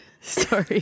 Sorry